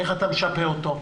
איך אתה משפה אותו?